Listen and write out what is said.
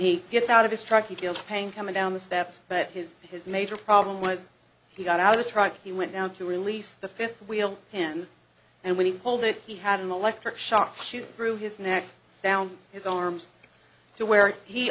he gets out of his truck he killed pain coming down the steps but his his major problem was he got out of the truck he went down to release the fifth wheel him and when he pulled it he had an electric shock shoot through his neck down his arms to where he